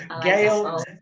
Gail